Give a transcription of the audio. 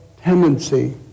tendency